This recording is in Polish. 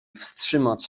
wstrzymać